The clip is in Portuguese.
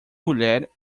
mulher